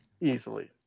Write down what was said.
easily